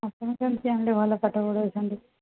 ଆପଣ କେମିତି ଜାଣିଲେ ଭଲ ପାଠ ପଢ଼ାଉଛନ୍ତି